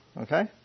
Okay